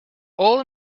all